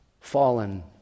fallen